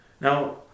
Now